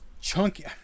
chunky